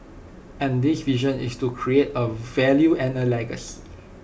and this vision is to create A value and A legacy